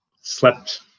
slept